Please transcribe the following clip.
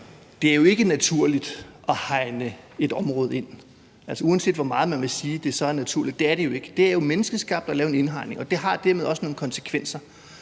Det er jo ikke naturligt at hegne et område ind. Uanset hvor meget man vil sige, det er naturligt, så er det det jo ikke. Det er jo menneskeskabt at lave en indhegning, og det har dermed også nogle konsekvenser.